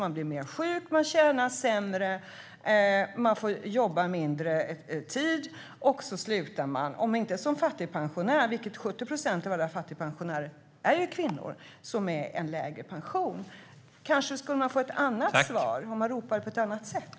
Man blir mer sjuk, man tjänar sämre, man får jobba mindre tid och man slutar om inte som fattigpensionär - 70 procent av alla fattigpensionärer är kvinnor - så med en lägre pension. Kanske vi skulle få ett annat svar om vi ropade på ett annat sätt.